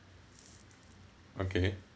okay